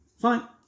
Fine